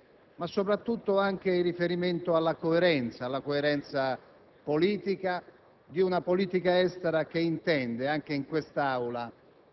Credo che nella relazione del Ministro degli esteri ci siano stati sicuramente - come ricordava